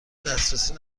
دسترسی